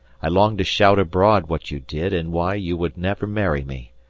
i long to shout abroad what you did and why you would never marry me,